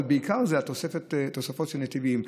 אבל העיקר זה תוספת של נתיבים.